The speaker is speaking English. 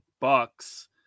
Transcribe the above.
bucks